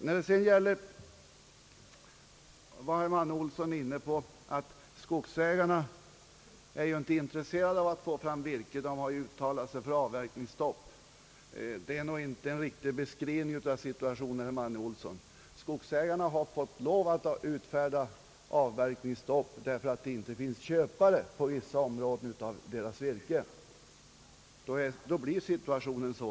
Herr Manne Olsson var inne på att skogsägarna inte är intresserade av att få fram virke — de har ju uttalat sig för avverkningsstopp. Det är inte en riktig beskrivning av situationen, herr Manne Olsson. Skogsägarna har fått lov att stoppa avverkningen därför att det inte finns köpare till deras virke i vissa områden.